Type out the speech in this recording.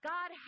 God